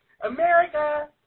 America